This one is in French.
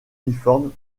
uniforme